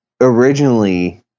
originally